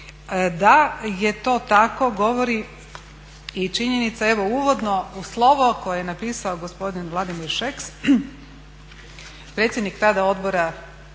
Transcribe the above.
Da je to tako govori i činjenica evo uvodno slovo koje je napisao gospodin Vladimir Šeks, predsjednik tada Odbora